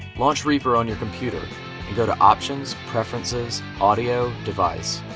launch reaper on your computer and go to optionspreferencesaudiodevice.